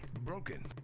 broken.